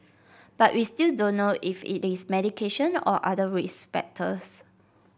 but we still don't know if it is medication or other risk factors